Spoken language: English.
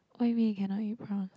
what you mean you cannot eat prawns